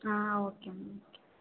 ah okay ma'am okay